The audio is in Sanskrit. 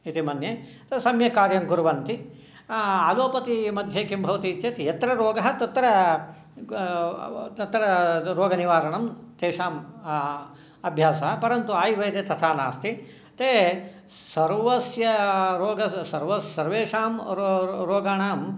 इति मन्ये तु सम्यक् कार्यं कुर्वन्ति आलोपथीमध्ये किं भवति चेत् यत्र रोगः तत्र तत्र रोगनिवारणं तेषाम् अभ्यासः परन्तु आयुर्वेदे तथा नास्ति ते सर्वस्य सर्वेषां रोगाणां